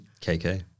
KK